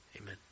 Amen